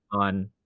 on